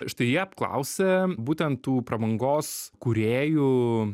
štai jie apklausė būtent tų prabangos kūrėjų